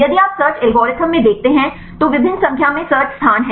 यदि आप search algorithm में देखते हैं तो विभिन्न संख्या में सर्च स्थान हैं